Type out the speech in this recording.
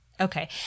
Okay